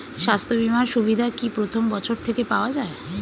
স্বাস্থ্য বীমার সুবিধা কি প্রথম বছর থেকে পাওয়া যায়?